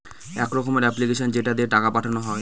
এক রকমের এপ্লিকেশান যেটা দিয়ে টাকা পাঠানো হয়